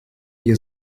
ihr